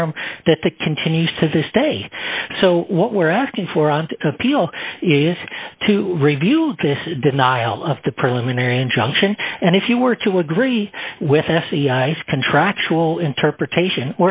the continues to this day so what we're asking for on appeal is to review this denial of the preliminary injunction and if you were to agree with sci fi contractual interpretation